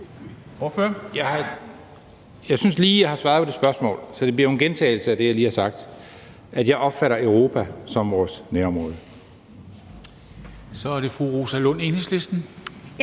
Jeg synes lige, at jeg har svaret på det spørgsmål, så det bliver jo en gentagelse af det, jeg lige har sagt, nemlig at jeg opfatter Europa som vores nærområde. Kl. 13:58 Formanden